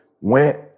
Went